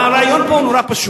והרעיון פה הוא מאוד פשוט.